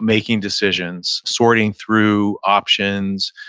making decisions, sorting through options.